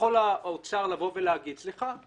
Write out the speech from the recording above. יכול האוצר לבוא ולהגיד: סליחה,